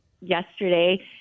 yesterday